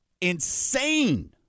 insane